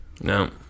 No